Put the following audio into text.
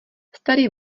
starý